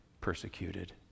persecuted